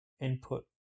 input